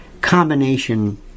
combination